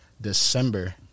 december